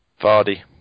Vardy